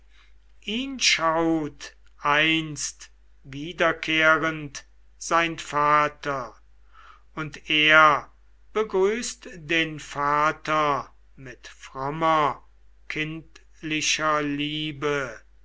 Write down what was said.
ihn schaut einst wiederkehrend sein vater und er begrüßt den vater mit frommer kindlicher liebe